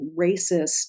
racist